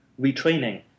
retraining